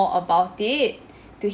about it to he~